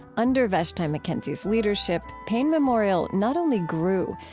under vashti mckenzie's leadership, payne memorial not only grew,